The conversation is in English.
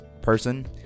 person